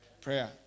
prayer